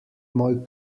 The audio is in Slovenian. moj